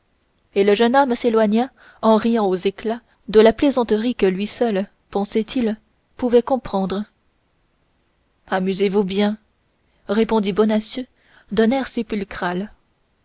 et le jeune homme s'éloigna en riant aux éclats de la plaisanterie que lui seul pensait-il pouvait comprendre amusez-vous bien répondit bonacieux d'un air sépulcral